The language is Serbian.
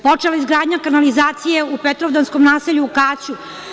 Počela je izgradnja kanalizacije u Petrovdanskom naselju u Kaću.